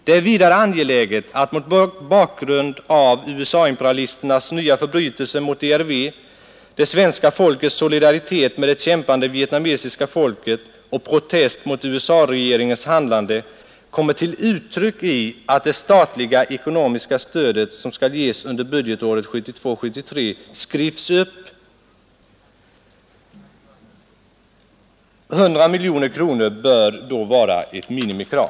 Det är vidare angeläget att, mot bakgrund av USA-imperialisternas nya förbrytelser mot DRV, det svenska folkets solidaritet med det kämpande vietnamesiska folket och protest mot USA-regeringens handlande kommer till uttryck i att det statliga ekonomiska stödet, som skall ges under budgetåret 1972/73, skrivs upp. 100 miljoner kronor bör då vara ett minimikrav.